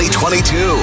2022